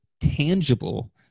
tangible